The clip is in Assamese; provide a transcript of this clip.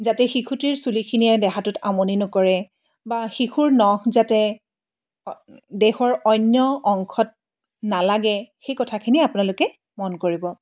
যাতে শিশুটিৰ চুলিখিনিয়ে দেহাটিত আমনি নকৰে বা শিশুৰ নখ যাতে দেহৰ অন্য অংশত নালাগে সেই কথাখিনি আপোনালোকে মন কৰিব